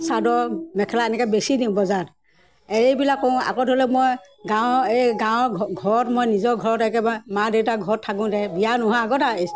চাদৰ মেখেলা এনেকৈ বেছি দিওঁ বজাৰত এইবিলাক কৰোঁ আকৌ ধৰি লওক মই গাঁৱৰ এই গাঁৱৰ ঘৰত মই নিজৰ ঘৰত একেবাৰে মা দেউতা ঘৰত থাকোঁতে বিয়া নোহোৱা আগত আৰু এই